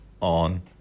on